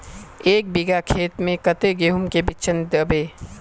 एक बिगहा खेत में कते गेहूम के बिचन दबे?